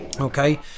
Okay